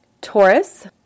Taurus